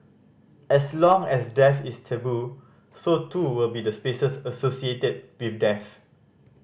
as long as death is taboo so too will be the spaces associated with death